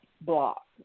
block